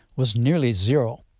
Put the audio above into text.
was nearly zero.